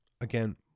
again